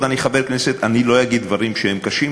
אני חבר כנסת אני לא אגיד דברים שהם קשים,